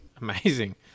Amazing